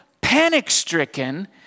panic-stricken